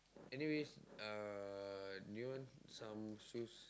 anyways uh do you want some shoes